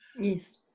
Yes